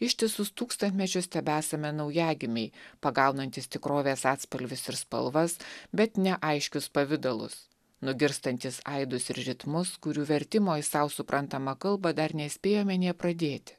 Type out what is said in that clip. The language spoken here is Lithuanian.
ištisus tūkstantmečius tebesame naujagimiai pagaunantys tikrovės atspalvius ir spalvas bet neaiškius pavidalus nugirstantys aidus ir ritmus kurių vertimo į sau suprantamą kalbą dar nespėjome nė pradėti